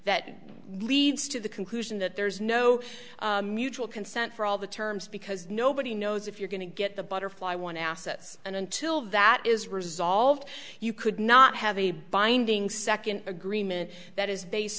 that leads to the conclusion that there's no mutual consent for all the terms because nobody knows if you're going to get the butterfly one asses and until that is resolved you could not have a binding second agreement that is